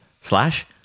slash